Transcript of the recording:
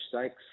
Stakes